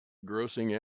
grossing